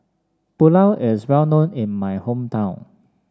pulao is well known in my hometown